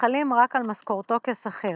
החלים רק על משכורתו כשכיר.